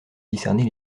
discerner